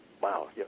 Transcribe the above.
wow